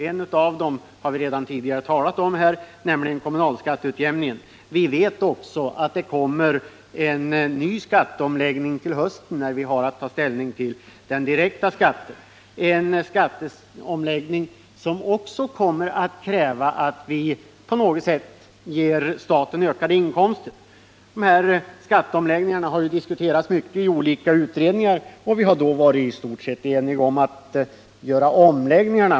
— En av dem har vi tidigare talat om här, nämligen kommunalskatteutjämningen. Vi vet också att det kommer en ny skatteomläggning till hösten, då vi har att ta ställning till den direkta skatten; en skatteomläggning som också kommer att kräva att vi på något sätt ger staten ökade inkomster. De här skatteomläggningarna har diskuterats mycket i olika utredningar, och vi har då i stort sett varit eniga om att göra de omläggningarna.